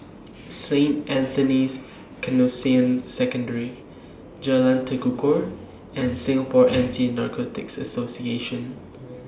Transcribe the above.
Saint Anthony's Canossian Secondary Jalan Tekukor and Singapore Anti Narcotics Association